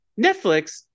netflix